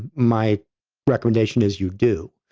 my recommendation is you do.